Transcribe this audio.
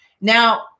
now